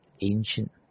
ancient